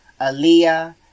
Aaliyah